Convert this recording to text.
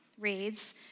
reads